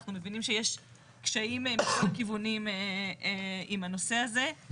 אנחנו מבינים שיש קשיים מכל הכיוונים עם הנושא הזה.